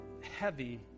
heavy